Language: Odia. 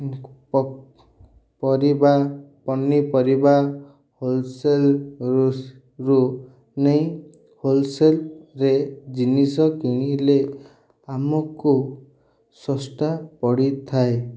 ପରିବା ପନିପରିବା ହୋଲ୍ସେଲ୍ରୁ ନେଇ ହୋଲ୍ସେଲ୍ରେ ଜିନିଷ କିଣିଲେ ଆମକୁ ଶସ୍ତା ପଡ଼ିଥାଏ